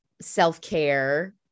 self-care